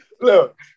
Look